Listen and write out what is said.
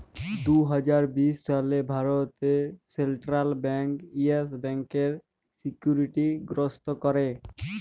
দু হাজার বিশ সালে ভারতে সেলট্রাল ব্যাংক ইয়েস ব্যাংকের সিকিউরিটি গ্রস্ত ক্যরে